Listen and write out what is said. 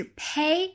pay